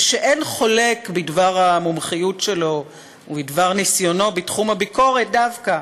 ואין חולק על המומחיות שלו ועל ניסיונו בתחום הביקורת דווקא,